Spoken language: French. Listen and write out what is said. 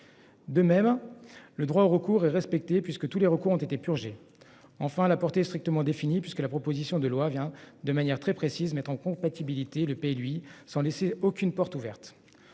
De même le droit au recours est respectée puisque tous les recours ont été purgés enfin à la portée strictement définies puisque la proposition de loi vient de manière très précise mettre en compatibilité le pays lui sans laisser aucune porte ouverte.